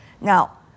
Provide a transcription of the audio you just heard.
Now